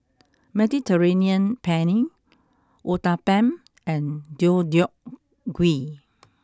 Mediterranean Penne Uthapam and Deodeok Gui